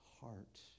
heart